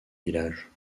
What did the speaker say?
village